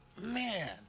Man